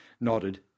nodded